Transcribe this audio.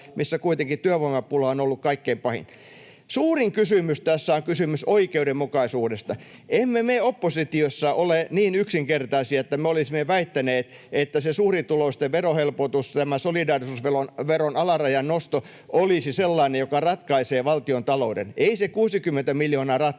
missä kuitenkin työvoimapula on ollut kaikkein pahin. Suurin kysymys on se, että tässä on kysymys oikeudenmukaisuudesta. Emme me oppositiossa ole niin yksinkertaisia, että me olisimme väittäneet, että se suurituloisten verohelpotus, tämä solidaarisuusveron alarajan nosto, olisi sellainen, joka ratkaisee valtiontalouden. Ei se 60 miljoonaa ratkaise,